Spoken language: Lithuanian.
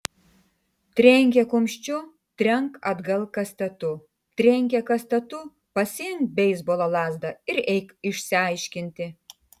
trenkė kumščiu trenk atgal kastetu trenkė kastetu pasiimk beisbolo lazdą ir eik išsiaiškinti